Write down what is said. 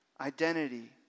identity